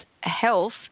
health